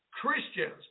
Christians